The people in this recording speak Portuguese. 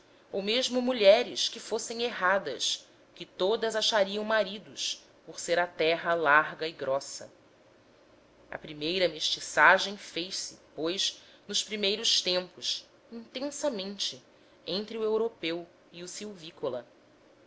ou mesmo mulheres que fossem erradas que todas achariam maridos por ser a terra larga e grossa a primeira mestiçagem fez-se pois nos primeiros tempos intensamente entre o europeu e o